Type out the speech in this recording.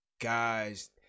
guys